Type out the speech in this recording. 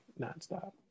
nonstop